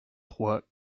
trois